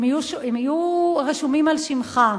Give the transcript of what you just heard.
הם יהיו רשומים על שמך.